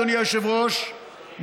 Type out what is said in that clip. אדוני היושב-ראש,